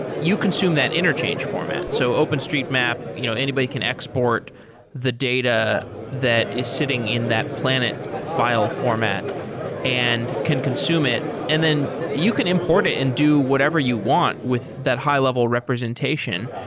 you can consume that interchange format. so openstreetmap, you know anybody can export the data that is sitting in that planet file format and can consume it. and then you can import it and do whatever you want with that high-level representation.